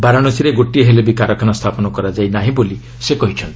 ବାରାଣସୀରେ ଗୋଟିଏ ହେଲେ ବି କାରଖାନା ସ୍ଥାପନ କରାଯାଇ ନାହିଁ ବୋଲି ସେ କହିଛନ୍ତି